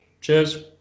cheers